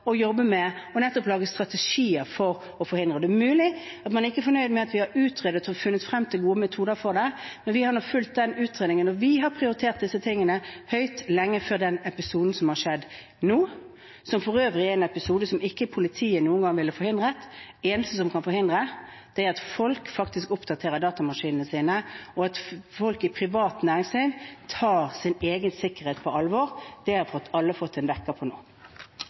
å jobbe med – nettopp å lage strategier for å forhindre dem. Det er mulig at man ikke er fornøyd med at vi har utredet og funnet frem til gode metoder for det, men vi har nå fulgt den utredningen. Vi har prioritert disse tingene høyt, lenge før den episoden som har skjedd nå – som for øvrig er en episode som politiet ikke noen gang ville forhindret. Det eneste som kan forhindre det, er at folk oppdaterer datamaskinene sine, og at folk i det private næringsliv tar sin egen sikkerhet på alvor. Der har alle fått en vekker nå.